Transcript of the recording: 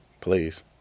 please